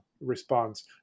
response